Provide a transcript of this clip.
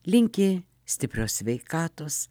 linki stiprios sveikatos